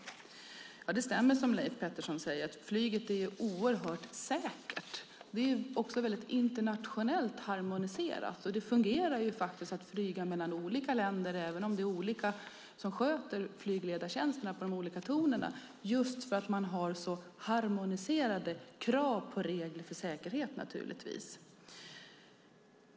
Ja, det stämmer som Leif Pettersson säger att flyget är oerhört säkert. Det är också internationellt harmoniserat. Och det fungerar faktiskt att flyga mellan olika länder även om det är olika aktörer som sköter flygledartjänsterna i de olika tornen, just för att man har så harmoniserade krav på regler för säkerhet naturligtvis.